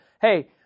Hey